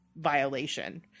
violation